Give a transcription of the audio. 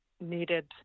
needed